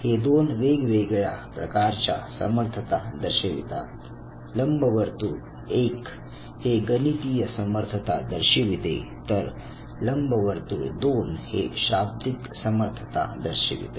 हे दोन वेगवेगळ्या प्रकारच्या समर्थता दर्शवितात लंबवर्तुळ 1 हे गणितीय समर्थता दर्शविते तर लंबवर्तुळ 2 हे शाब्दिक समर्थता दर्शविते